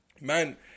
man